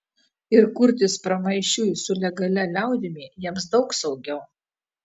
ir kurtis pramaišiui su legalia liaudimi jiems daug saugiau